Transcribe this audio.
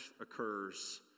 occurs